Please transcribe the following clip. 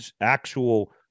actual